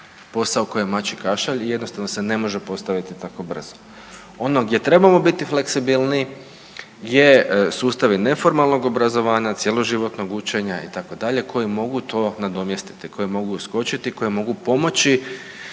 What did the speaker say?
posao koji je mačji kašalj i jednostavno se ne može postaviti tako brzo. Ono gdje trebamo biti fleksibilniji je sustavi neformalnog obrazovanja, cjeloživotnog učenja itd. koji mogu to nadomjestiti, koji mogu uskočiti, koji mogu pomoći